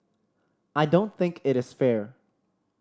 I don't think it is fair